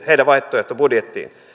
heidän vaihtoehtobudjettiinsa